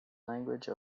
language